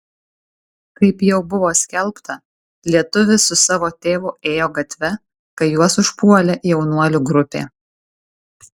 kaip jau buvo skelbta lietuvis su savo tėvu ėjo gatve kai juos užpuolė jaunuolių grupė